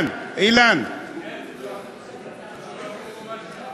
אנחנו עוברים כרגע לדיון האישי.